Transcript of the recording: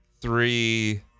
three